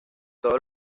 todos